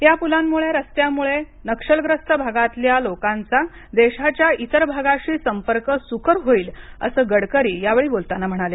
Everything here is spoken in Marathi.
या पुलांमुळे आणि रस्त्यांमुळे नक्षलग्रस्त भागातल्या लोकांचा देशाच्या इतर भागाशी संपर्क सुकर होईल असं गडकरी यावेळी बोलताना म्हणाले